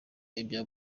ibya